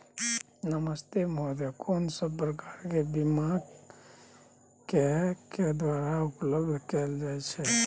नमस्ते महोदय, कोन सब प्रकार के बीमा बैंक के द्वारा उपलब्ध कैल जाए छै?